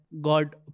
God